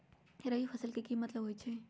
रबी फसल के की मतलब होई छई?